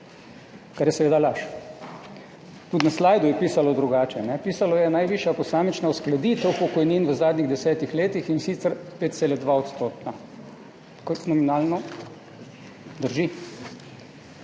kar je seveda laž. Tudi na slajdu je pisalo drugače. Pisalo je: »Najvišja posamična uskladitev pokojnin v zadnjih desetih letih, in sicer 5,2-odstotna.« Kot nominalno to drži,